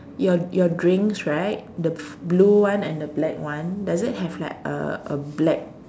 your your drinks right the blue one and the black one does it have like a a black